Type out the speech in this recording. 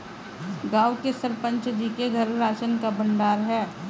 गांव के सरपंच जी के घर राशन का भंडार है